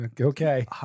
Okay